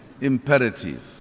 imperative